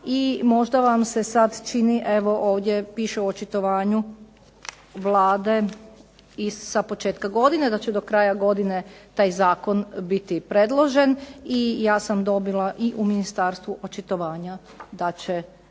možda vam se sada čini evo ovdje piše u očitovanju Vlade sa početka godine, da će do kraja godine taj zakon biti predložen. I ja sam dobila i u ministarstvu očitovanja da će